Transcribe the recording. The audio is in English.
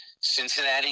Cincinnati